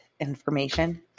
Information